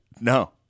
No